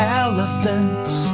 elephants